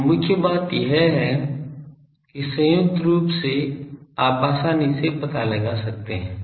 तो मुख्य बात यह है कि संयुक्त रूप से आप आसानी से पता कर सकते हैं